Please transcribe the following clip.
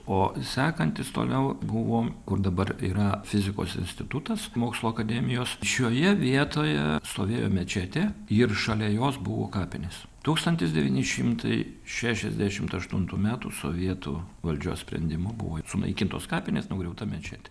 o sekantis toliau buvo kur dabar yra fizikos institutas mokslo akademijos šioje vietoje stovėjo mečetė ir šalia jos buvo kapinės tūkstantis devyni šimtai šešiasdešim aštuntų metų sovietų valdžios sprendimu buvo sunaikintos kapinės nugriauta mečetė